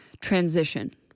transition